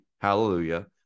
hallelujah